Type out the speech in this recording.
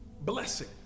blessing